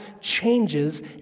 changes